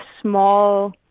small